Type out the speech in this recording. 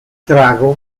trago